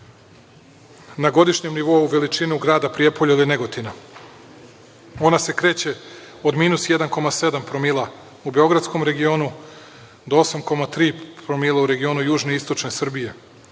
Na godišnjem nivou veličinu grada Prijepolja ili Negotina. Ona se kreće od -1,7 promila u beogradskom regionu, do 8,3 promila u regionu južne i istočne Srbije.